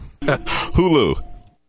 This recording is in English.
hulu